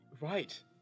right